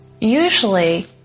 Usually